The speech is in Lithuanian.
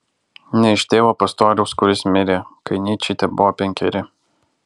ne iš tėvo pastoriaus kuris mirė kai nyčei tebuvo penkeri